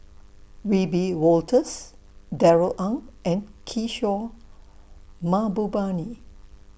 Wiebe Wolters Darrell Ang and Kishore Mahbubani